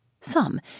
Some